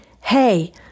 Hey